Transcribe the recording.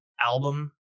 album